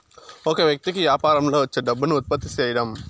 ఒక వ్యక్తి కి యాపారంలో వచ్చే డబ్బును ఉత్పత్తి సేయడం